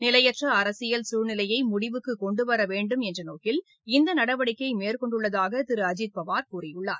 நிலையற்ற அரசியல் சூழ்நிலையை முடிவுக்கு கொண்டுவரவேண்டும் என்ற நோக்கில் இந்த நடவடிக்கை மேற்கொண்டுள்ளதாக திரு அஜித் பவார் கூறியுள்ளார்